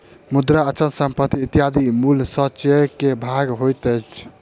मुद्रा, अचल संपत्ति इत्यादि मूल्य संचय के भाग होइत अछि